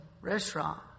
restaurant